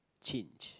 changed